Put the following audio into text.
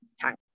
time